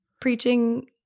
preaching